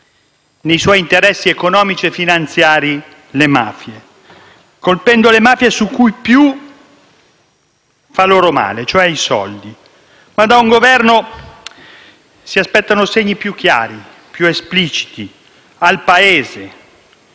nei suoi interessi economici e finanziari le mafie, colpendo le mafie dove fa loro più male: i soldi. Ma da un Governo si aspettano segni più chiari ed espliciti da